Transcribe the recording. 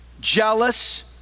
jealous